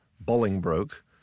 Bolingbroke